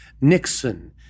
Nixon